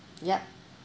yup